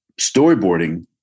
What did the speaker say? storyboarding